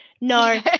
No